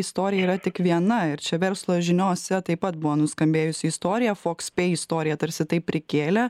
istorija yra tik viena ir čia verslo žiniose taip pat buvo nuskambėjusi istorija fox istorija tarsi taip prikėlė